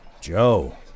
Joe